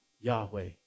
Yahweh